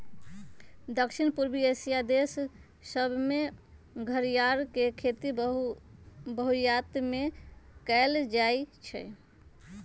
दक्षिण पूर्वी एशिया देश सभमें घरियार के खेती बहुतायत में कएल जाइ छइ